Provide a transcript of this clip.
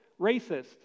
racist